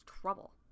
trouble